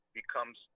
becomes